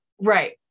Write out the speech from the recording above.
right